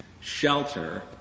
shelter